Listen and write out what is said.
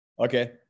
Okay